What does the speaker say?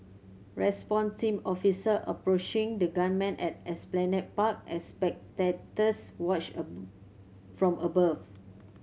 response team officers approaching the gunman at Esplanade Park as spectators watch a from above